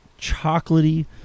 chocolatey